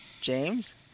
James